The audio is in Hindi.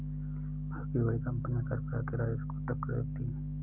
भारत की बड़ी कंपनियां सरकार के राजस्व को टक्कर देती हैं